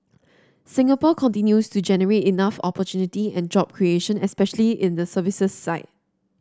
Singapore continues to generate enough opportunity and job creation especially in the services side